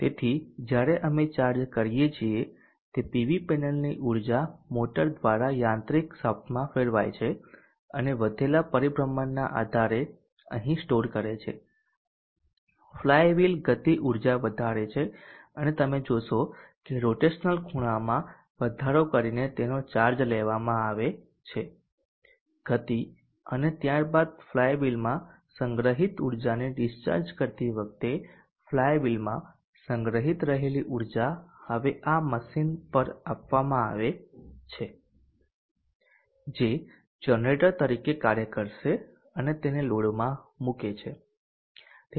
તેથી જ્યારે અમે ચાર્જ કરીએ છીએ તે પીવી પેનલની ઉર્જા મોટર દ્વારા યાંત્રિક શાફ્ટમાં જાય છે અને વધેલા પરિભ્રમણના આધારે અહીં સ્ટોર કરે છે ફ્લાયવિલ ગતિઊર્જા વધારે છે અને તમે જોશો કે રોટેશનલ ખૂણામાં વધારો કરીને તેનો ચાર્જ લેવામાં આવે છે ગતિ અને ત્યારબાદ ફ્લાયવિલમાં સંગ્રહિત ઊર્જાને ડીસ્ચાર્જ કરતી વખતે ફ્લાયવિલમાં સંગ્રહિત રહેલી ઊર્જા હવે આ મશીન પર આપવામાં આવે છે જે જનરેટર તરીકે કાર્ય કરશે અને તેને લોડમાં મૂકે છે